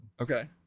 Okay